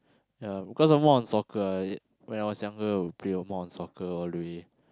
ya because I'm more on soccer ah y~ when I was younger would play more on soccer all the way